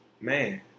man